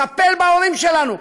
טפל בהורים שלנו,